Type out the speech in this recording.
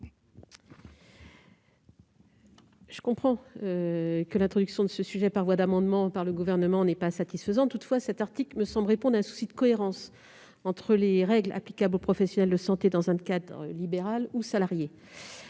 Je comprends que l'introduction de ce dispositif par le Gouvernement, qui plus est par voie d'amendement, ne soit pas satisfaisante. Toutefois, cet article me semble répondre à un souci de cohérence entre les règles applicables aux professionnels de santé dans un cadre libéral ou salarié.